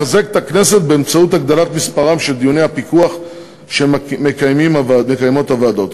לחזק את הכנסת באמצעות הגדלת מספרם של דיוני הפיקוח שמקיימות הוועדות.